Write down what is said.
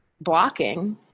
blocking